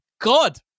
God